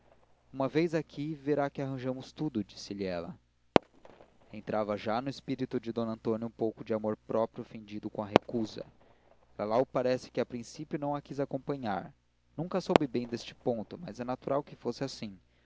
uma vez aqui verá que arranjamos tudo disse-lhe ela entrava já no espírito de d antônia um pouco de amor-próprio ofendido com a recusa lalau parece que a princípio não a quis acompanhar nunca soube nem deste ponto mas é natural que fosse assim